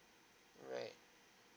right